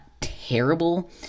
terrible